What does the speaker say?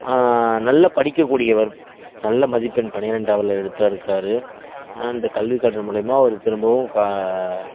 நல்லா படிக்கக்கூடியவர் நல்ல மதிப்பெண் பன்னிரெண்டாவதில் எடுத்து இருக்காரு அந்த கல்விக்கடன் மூலியமாக அவர் திரும்பவும்